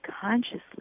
consciously